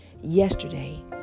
yesterday